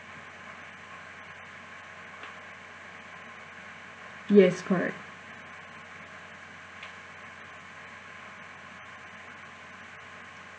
yes correct